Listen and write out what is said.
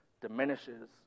diminishes